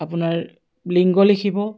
আপোনাৰ লিংগ লিখিব